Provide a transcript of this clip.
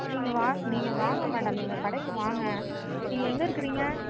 நீங்கள் நீங்கள் வாங்க மேடம் எங்கள் கடைக்கு வாங்க நீங்கள் எங்கே இருக்கிறீங்க